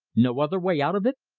no other way out of it?